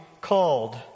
Called